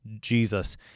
Jesus